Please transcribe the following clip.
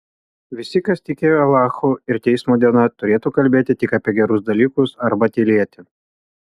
visi kas tiki alachu ir teismo diena turėtų kalbėti tik apie gerus dalykus arba tylėti